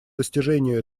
достижению